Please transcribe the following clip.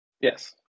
Yes